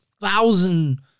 thousand